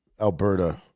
Alberta